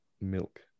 milk